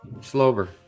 Slover